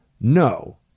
no